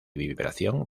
vibración